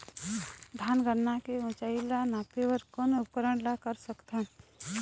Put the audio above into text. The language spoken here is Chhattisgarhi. धान गन्ना के ऊंचाई ला नापे बर कोन उपकरण ला कर सकथन?